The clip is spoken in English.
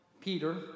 Peter